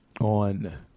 on